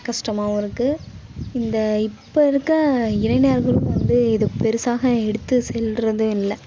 கஷ்டமாகவும் இருக்குது இந்த இப்போ இருக்க இளைஞர்களும் வந்து இது பெருசாக எடுத்து செல்கிறதும் இல்லை